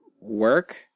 work